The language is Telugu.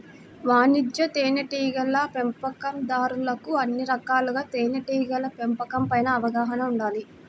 వాణిజ్య తేనెటీగల పెంపకందారులకు అన్ని రకాలుగా తేనెటీగల పెంపకం పైన అవగాహన ఉండాలి